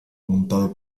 montado